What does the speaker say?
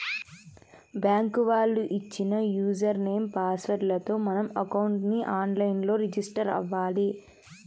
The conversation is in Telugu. బ్యాంకు వాళ్ళు ఇచ్చిన యూజర్ నేమ్, పాస్ వర్డ్ లతో మనం అకౌంట్ ని ఆన్ లైన్ లో రిజిస్టర్ అవ్వాలి